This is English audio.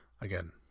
again